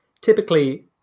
typically